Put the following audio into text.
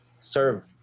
serve